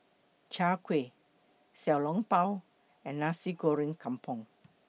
Chai Kueh Xiao Long Bao and Nasi Goreng Kampung